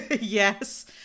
Yes